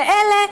ואלה,